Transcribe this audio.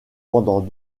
pendant